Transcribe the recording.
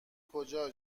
کجا